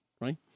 right